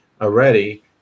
already